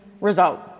result